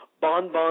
bonbon